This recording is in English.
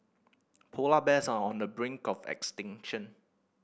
polar bears are on the brink of extinction